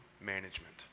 management